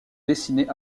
dessinés